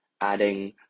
adding